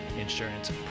insurance